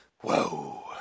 Whoa